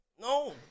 No